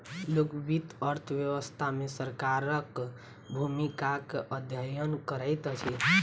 लोक वित्त अर्थ व्यवस्था मे सरकारक भूमिकाक अध्ययन करैत अछि